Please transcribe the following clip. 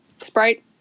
Sprite